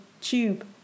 tube